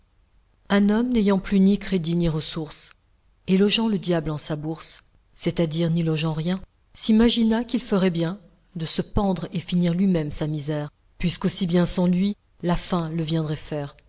un homme n'ayant plus ni crédit ni ressource et logeant le diable en sa bourse c'est-à-dire n'y logeant rien s'imagina qu'il ferait bien de se pendre et finir lui-même sa misère puisqu'aussi bien sans lui la faim le viendrait faire